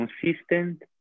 consistent